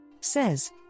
Says